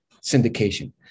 syndication